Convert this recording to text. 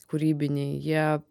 kūrybiniai jie